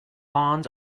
lawns